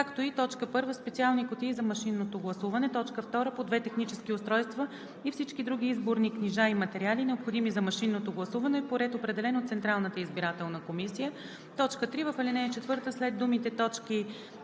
както и: 1. специални кутии за машинното гласуване; 2. по две технически устройства и всички други изборни книжа и материали, необходими за машинното гласуване, по ред, определен от Централната избирателна комисия“. 3. В ал. 4 след думите „т.